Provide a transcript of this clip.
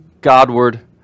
Godward